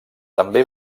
també